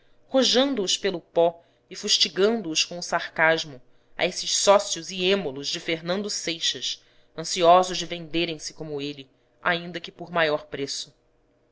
si rojando os pelo pó e fustigando os com o sarcasmo a esses sócios e êmulos de fernando seixas ansiosos de venderemse como ele ainda que por maior preço